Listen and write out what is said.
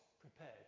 prepared